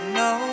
no